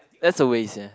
that's a waste yeah